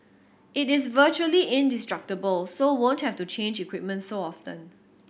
it is virtually indestructible so won't have to change equipment so often